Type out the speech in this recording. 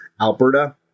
Alberta